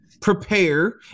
prepare